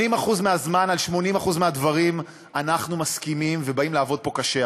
80% מהזמן על 80% מהדברים אנחנו מסכימים ובאים לעבוד פה קשה.